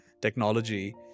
technology